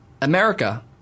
America